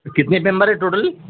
کتنے ممبر ہے ٹوٹل